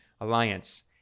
alliance